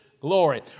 glory